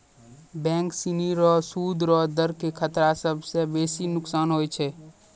bank सिनी रो सूद रो दर के खतरा स सबसं बेसी नोकसान होय छै